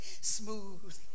smooth